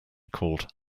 called